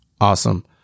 awesome